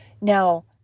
Now